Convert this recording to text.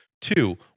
Two